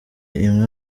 imwe